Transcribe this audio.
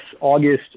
August